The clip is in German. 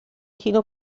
kino